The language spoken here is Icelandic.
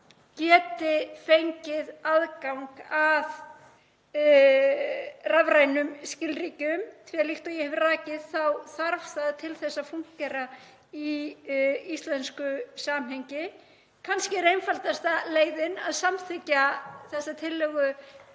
geti fengið aðgang að rafrænum skilríkjum því líkt og ég hef rakið þá þarf það til þess að fúnkera í íslensku samhengi. Kannski er einfaldasta leiðin að samþykkja þessa tillögu